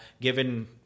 given